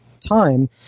time